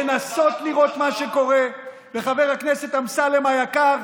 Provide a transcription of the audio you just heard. לנסות לראות מה שקורה, וחבר הכנסת אמסלם היקר,